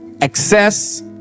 excess